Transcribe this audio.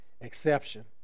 exception